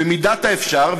במידת האפשר,